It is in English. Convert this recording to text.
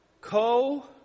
co